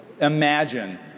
imagine